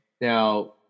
Now